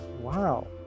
Wow